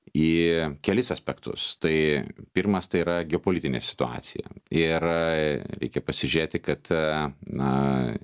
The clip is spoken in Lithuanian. į kelis aspektus tai pirmas tai yra geopolitinė situacija ir reikia pasižiūrėti kad na